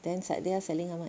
then Saadiah selling how much